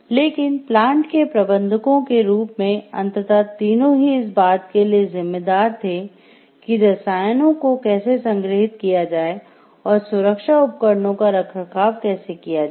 लेकिन प्लांट के प्रबंधकों के रूप में अंततः तीनों ही इस बात के लिए जिम्मेदार थे कि रसायनों को कैसे संग्रहीत किया जाए और सुरक्षा उपकरणों का रखरखाव कैसे किया जाये